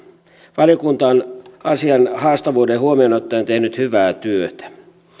valiokunta on asian haastavuuden huomioon ottaen tehnyt hyvää työtä